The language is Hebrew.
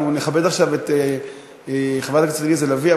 אנחנו נכבד עכשיו את חברת הכנסת עליזה לביא,